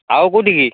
ଆଉ କେଉଁଠିକି